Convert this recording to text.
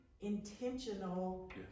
intentional